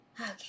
okay